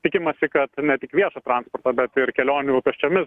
tikimasi kad ne tik viešo transporto bet ir kelionių pėsčiomis